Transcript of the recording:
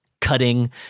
Cutting